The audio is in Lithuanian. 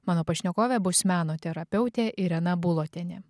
mano pašnekovė bus meno terapeutė irena bulotienė